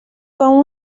com